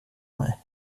mig